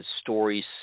stories